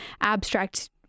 abstract